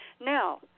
now